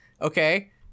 okay